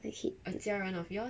the kid to